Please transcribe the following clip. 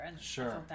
Sure